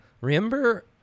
Remember